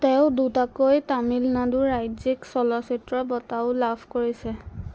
তেওঁ দুটাকৈ তামিলনাডু ৰাজ্যিক চলচ্চিত্ৰ বঁটাও লাভ কৰিছে